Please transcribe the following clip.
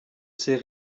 ses